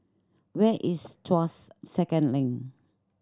where is Tuas Second Link